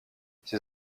ses